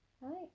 right